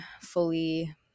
fully